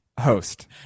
host